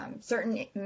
certain